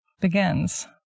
begins